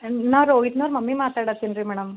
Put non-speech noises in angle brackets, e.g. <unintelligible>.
<unintelligible> mummy ಮಾತಾಡತ್ತೀನಿ ರೀ madam